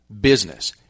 Business